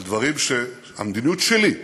המדיניות שלי,